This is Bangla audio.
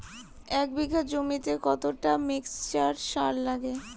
এক বিঘা জমিতে কতটা মিক্সচার সার লাগে?